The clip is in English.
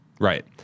Right